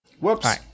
Whoops